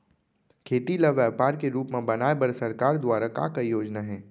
खेती ल व्यापार के रूप बनाये बर सरकार दुवारा का का योजना हे?